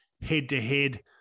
head-to-head